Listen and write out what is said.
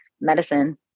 medicine